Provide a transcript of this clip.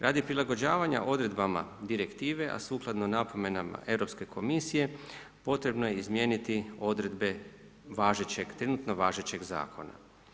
Radi prilagođavanja odredbama direktive, a sukladno napomenama Europske komisije potrebno je izmijeniti odredbe važećeg trenutno važećeg zakona.